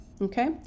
okay